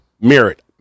merit